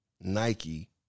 Nike